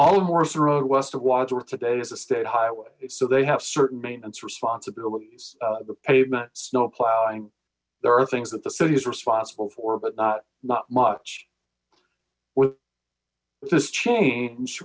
wadsworth today is a state highway so they have certain maintenance responsibilities the pavement snow plowing there are things that the city is responsible for but not not much with this change